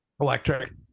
Electric